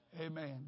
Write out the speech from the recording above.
Amen